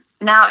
Now